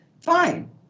fine